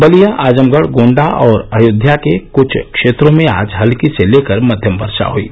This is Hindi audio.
बलिया आजमगढ गोण्डा और अयोध्या के कुछ क्षेत्रों में आज हल्की से लेकर मध्यम वर्षा हयी